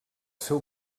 seu